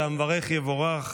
והמברך יבורך.